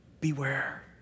beware